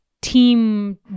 team